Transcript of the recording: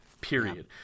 period